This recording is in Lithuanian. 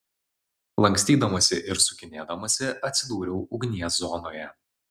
lankstydamasi ir sukinėdamasi atsidūriau ugnies zonoje